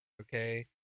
Okay